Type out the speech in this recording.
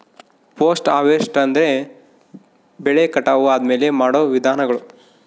post harvest ಅಂದ್ರೆ ಬೆಳೆ ಕಟಾವು ಆದ್ಮೇಲೆ ಮಾಡೋ ವಿಧಾನಗಳು